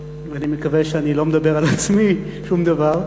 ואני מקווה שאני לא מדבר על עצמי שום דבר.